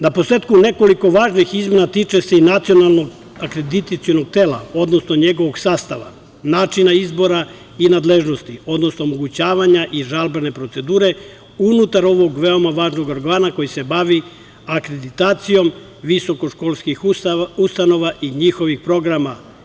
Naposletku, nekoliko važnih izmena, tiče se i Nacionalnog akreditacionog tela, odnosno njegovog sastava, načina izbora i nadležnosti, odnosno omogućavanja i žalbene procedure unutar ovog veoma važnog organa koji se bavi akreditacijom visokoškolskih ustanova i njihovih programa.